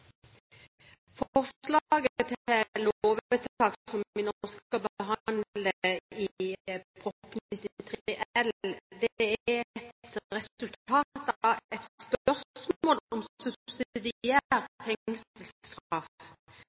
vedtatt. Forslaget til lovvedtak som vi nå behandler, Prop. 93 L, er et resultat av at spørsmålet om